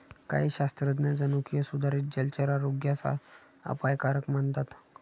काही शास्त्रज्ञ जनुकीय सुधारित जलचर आरोग्यास अपायकारक मानतात